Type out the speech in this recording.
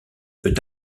peut